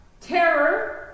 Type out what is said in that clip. terror